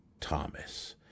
Thomas